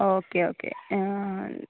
okay okay ah